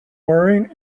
wearing